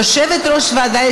יושבת-ראש הוועדה,